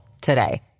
today